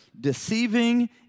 deceiving